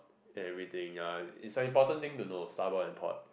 and everything ya is a important thing to know starboard and port